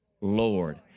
Lord